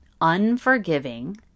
unforgiving